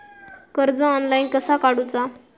कर्ज ऑनलाइन कसा काडूचा?